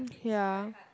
ya